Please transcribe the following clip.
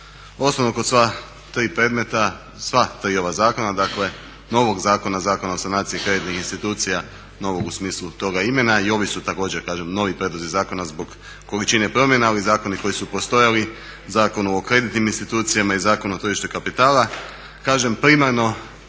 osnovno kod sva tri predmeta sva ti ova zakona dakle novog Zakona o sanaciji kreditnih institucija, novog u smislu toga imena i ovi su također novi prijedlozi zakona zbog količine promjene, ali zakoni koji su postojali Zakon o kreditnim institucijama i Zakon o tržištu kapitala kažem primarni